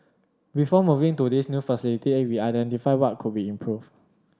before moving to this new facility we identified what could be improved